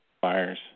fires